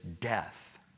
death